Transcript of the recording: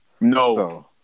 No